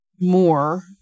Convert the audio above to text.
more